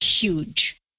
huge